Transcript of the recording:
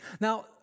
Now